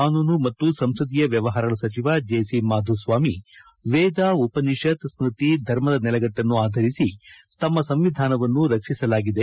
ಕಾನೂನು ಮತ್ತು ಸಂಸದೀಯ ವ್ಯವಹಾರಗಳ ಸಚಿವ ಮಾಧುಸ್ವಾಮಿ ವೇದ ಉಪನಿಷತ್ ಸ್ಮೃತಿ ಧರ್ಮದ ನೆಲೆಗಟ್ಟನ್ನು ಅಧರಿಸಿ ತಮ್ಮ ಸಂವಿಧಾನವನ್ನು ರಕ್ಷಿಸಲಾಗಿದೆ